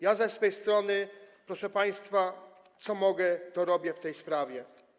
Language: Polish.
Ja ze swej strony, proszę państwa, co mogę, to robię w tej sprawie.